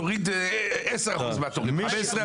תוריד 10% מהתורים, 15% מהתורים.